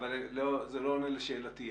זה לא עונה לשאלתי.